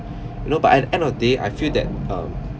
you know but at the end of the day I feel that um